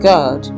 God